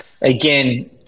again